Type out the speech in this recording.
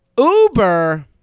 Uber